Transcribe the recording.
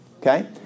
Okay